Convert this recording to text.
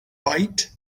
bite